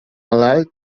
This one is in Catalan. malalt